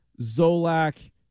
Zolak